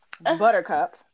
Buttercup